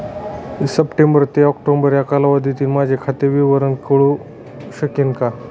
September ते October या कालावधीतील माझे खाते विवरण कळू शकेल का?